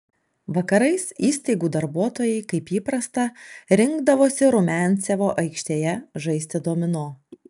vakarais įstaigų darbuotojai kaip įprasta rinkdavosi rumiancevo aikštėje žaisti domino